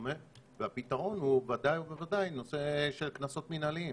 וכדומה והפתרון הוא בוודאי ובוודאי נושא של קנסות מנהליים.